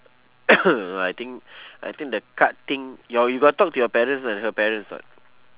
uh I think I think the card thing your you got talk to your parents and her parents or not